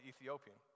Ethiopian